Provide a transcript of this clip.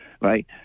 right